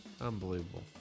Unbelievable